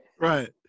Right